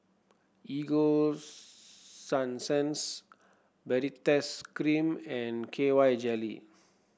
Ego Sunsense Baritex Cream and K Y Jelly